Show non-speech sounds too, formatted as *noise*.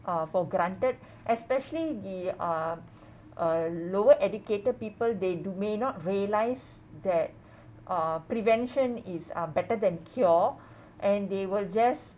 uh for granted *breath* especially the ah uh lower educated people they do may not realize that uh prevention is uh better than cure and they will just